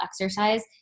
exercise